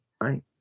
Right